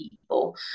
people